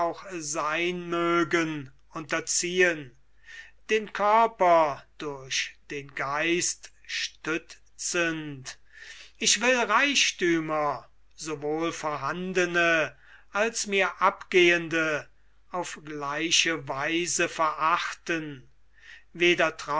sein mögen unterziehen den körper durch den geist stützend ich will reichthümer sowohl vorhandene als mir abgehende auf gleiche weise verachten